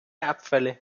abfälle